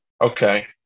Okay